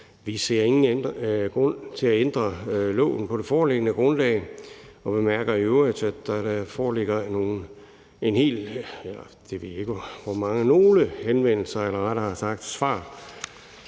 Vi ser ingen grund til at ændre loven på det foreliggende grundlag og bemærker i øvrigt, at der foreligger nogle